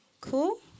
Cool